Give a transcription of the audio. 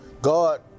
God